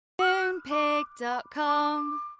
Moonpig.com